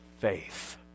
faith